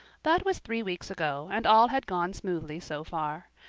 that was three weeks ago and all had gone smoothly so far.